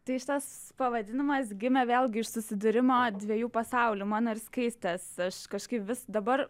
tai šitas pavadinimas gimė vėlgi iš susidūrimo dviejų pasaulių mano ir skaistės aš kažkaip vis dabar